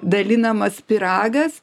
dalinamas pyragas